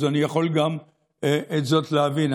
אז אני יכול גם את זאת להבין,